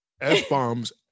F-bombs